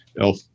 elf